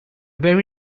very